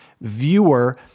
viewer